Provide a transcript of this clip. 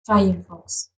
firefox